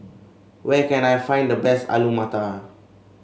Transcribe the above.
where can I find the best Alu Matar